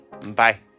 Bye